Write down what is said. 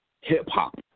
hip-hop